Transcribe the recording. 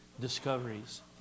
discoveries